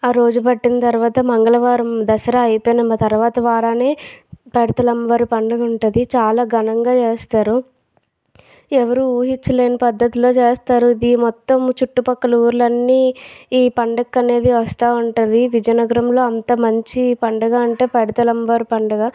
ఆరోజు పట్టిన తర్వాత మంగళవారం దసరా అయిపోయిన తర్వాత వారమే పైడితల్లి అమ్మవారి పండుగ ఉంటుంది చాలా ఘనంగా చేస్తారు ఎవరు ఊహించలేని పద్ధతిలో చేస్తారు ఇది మొత్తం చుట్టుపక్కల ఊళ్ళన్నీ ఈ పండుగకు అనేది వస్తు ఉంటుంది విజయనగరంలో అంత మంచి పండుగ అంటే పైడితల్లమ్మవారి పండుగ